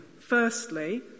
firstly